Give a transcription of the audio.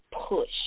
push